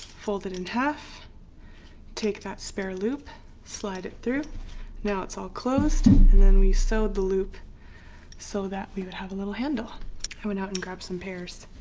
fold it in half take that spare loop slide it through now. it's all closed and then we sewed the loop so that we would have a little handle i went out and grabbed some pears